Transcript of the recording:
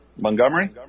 Montgomery